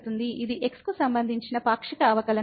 ఇది x కు సంబంధించి పాక్షిక అవకలనం